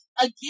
again